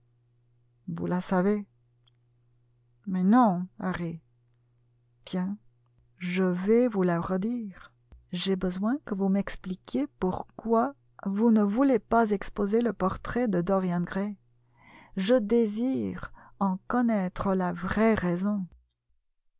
vous la savez mais non harry bien je vais vous la redire j'ai besoin que vous m'expliquiez pourquoi vous ne voulez pas exposer le portrait de dorian gray je désire en connaître la vraie raison